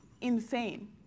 insane